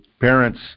parents